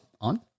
on